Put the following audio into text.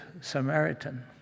Samaritan